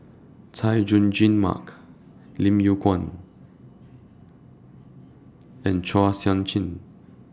Chay Jung Jun Mark Lim Yew Kuan and Chua Sian Chin